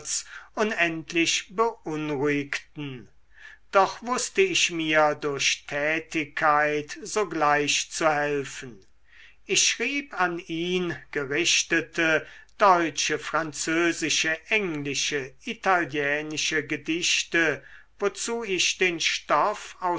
unendlich beunruhigten doch wußte ich mir durch tätigkeit sogleich zu helfen ich schrieb an ihn gerichtete deutsche französische englische italienische gedichte wozu ich den stoff